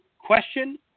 Question